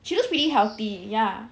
she looks pretty healthy ya